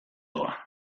doa